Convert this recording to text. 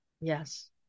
Yes